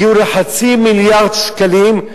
הגיעו לחצי מיליארד שקלים,